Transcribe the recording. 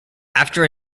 after